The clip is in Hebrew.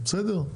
בסדר?